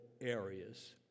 areas